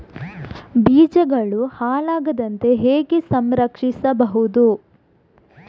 ಬೀಜಗಳು ಹಾಳಾಗದಂತೆ ಹೇಗೆ ಸಂರಕ್ಷಿಸಬಹುದು?